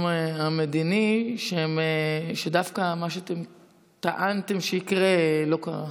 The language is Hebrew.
המדיני שדווקא מה שטענתם שיקרה לא קרה.